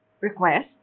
request